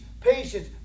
patience